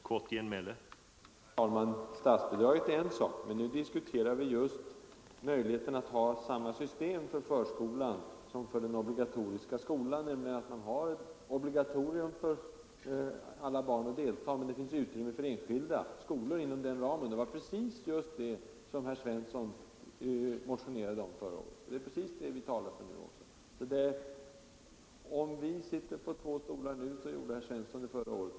Herr talman! Statsbidraget är en sak, men nu diskuterar vi just möjligheten att ha samma system för förskolan som för den obligatoriska skolan, nämligen ett obligatorium för alla barn, men inom den ramen finns det utrymme också för enskilda skolor. Det var vad herr Svensson motionerade om förra året. Det är också precis detta som vi talar för nu. Om vi sitter på två stolar nu, gjorde alltså herr Svensson detsamma förra året.